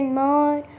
more